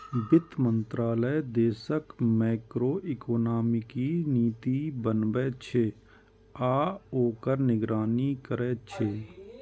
वित्त मंत्रालय देशक मैक्रोइकोनॉमिक नीति बनबै छै आ ओकर निगरानी करै छै